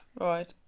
Right